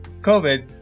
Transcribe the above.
COVID